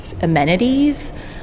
Amenities